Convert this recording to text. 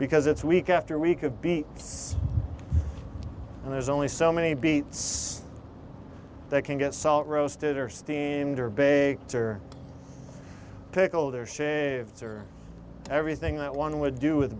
because it's week after week of beats and there's only so many beats they can get salt roasted or steamed or baked or pickle their share of ther everything that one would do with